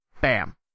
bam